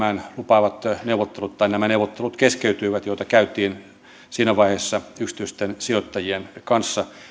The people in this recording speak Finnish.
lupaavat neuvottelut keskeytyivät joita käytiin siinä vaiheessa yksityisten sijoittajien kanssa